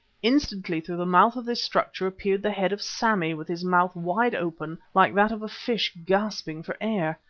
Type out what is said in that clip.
instantly through the mouth of this structure appeared the head of sammy with his mouth wide open like that of a fish gasping for air.